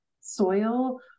soil